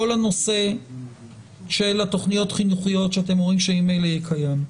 כל הנושא של התכניות החינוכיות שאתם אומרים שממילא קיים.